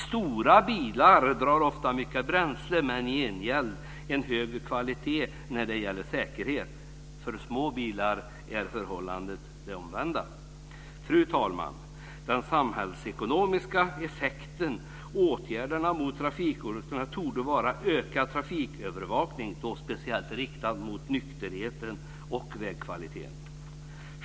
Stora bilar drar ofta mycket bränsle men har i gengäld en högre kvalitet när det gäller säkerhet. För små bilar är förhållandet det omvända. Fru talman! De samhällsekonomiskt effektivaste åtgärderna mot trafikolyckorna torde vara ökad trafikövervakning, och då speciellt riktat mot nykterheten och vägkvaliteten.